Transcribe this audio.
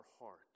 heart